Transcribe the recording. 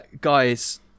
Guys